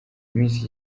miss